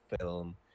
film